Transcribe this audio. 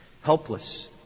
Helpless